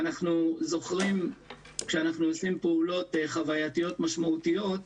כשאנחנו עושים פעולות חווייתיות משמעותית,